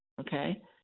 Okay